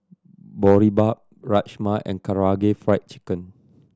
Boribap Rajma and Karaage Fried Chicken